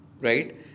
Right